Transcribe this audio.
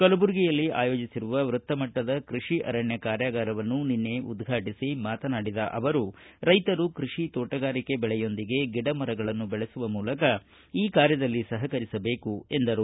ಕಲಬುರಗಿಯಲ್ಲಿ ಆಯೋಜಿಸಿರುವ ವೃತ್ತ ಮಟ್ಟದ ಕೃಷಿ ಅರಣ್ಯ ಕಾರ್ಯಾಗಾರವನ್ನು ನಿನ್ನೆ ಉದ್ಘಾಟಿಸಿ ಮಾತನಾಡಿದ ಅವರು ರೈತರು ಕೃಷಿ ತೋಟಗಾರಿಕೆ ಬೆಳೆಯೊಂದಿಗೆ ಗಿಡ ಮರಗಳನ್ನು ಬೆಳೆಸುವ ಮೂಲಕ ಈ ಕಾರ್ಯದಲ್ಲಿ ಸಹಕರಿಸಬೇಕು ಎಂದರು